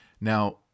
Now